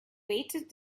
weighted